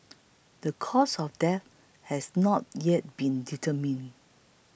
the cause of death has not yet been determined